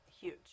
huge